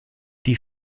die